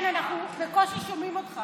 כן, אנחנו בקושי שומעים אותך.